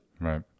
Right